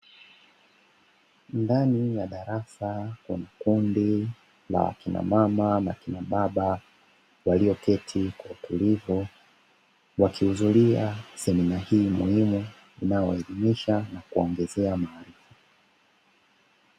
Ndani ya darasa lenye kundi la kinamama na kinababa, walioketi kwa utulivu wakihudhuria semina hii muhimu, inayoelimisha na kuwaongezea maarifa.